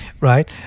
right